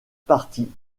partie